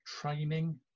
Training